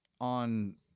on